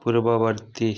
ପୂର୍ବବର୍ତ୍ତୀ